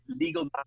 legal